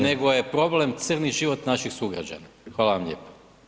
nego je problem crni život naših sugrađana, hvala vam lijepa.